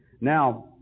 Now